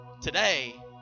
today